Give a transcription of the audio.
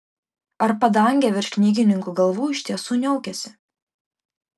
ar padangė virš knygininkų galvų iš tiesų niaukiasi